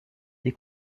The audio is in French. des